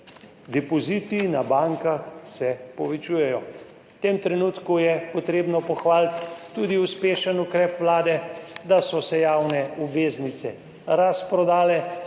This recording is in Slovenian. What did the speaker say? depoziti na bankah se povečujejo. V tem trenutku je treba pohvaliti tudi uspešen ukrep Vlade, da so se javne obveznice razprodale